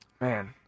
man